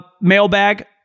mailbag